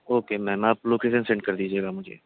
okay ma'am آپ location send کر دیجیے گا مجھے